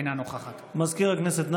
אינה נוכחת מזכיר הכנסת,